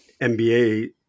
MBA